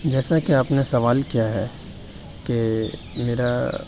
جیسا کہ آپ نے سوال کیا ہے کہ میرا